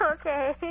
Okay